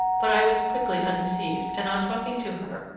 but i was quickly undeceived and, on talking to her,